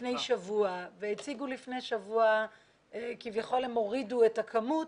לפני שבוע והציגו לפני שבוע שכביכול הם הורידו את הכמות,